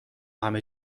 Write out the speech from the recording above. همه